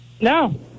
No